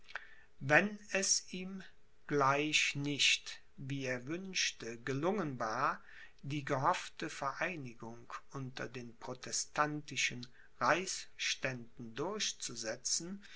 wenn es ihm gleich nicht wie er wünschte gelungen war die gehoffte vereinigung unter den protestantischen reichsständen durchzusetzen